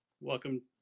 welcome